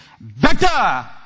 better